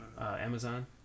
Amazon